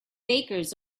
bakers